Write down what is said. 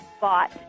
bought